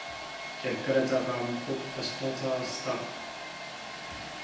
शेतकऱ्याचा काम खूप कष्टाचा असता